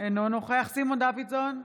אינו נוכח סימון דוידסון,